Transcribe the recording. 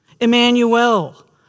Emmanuel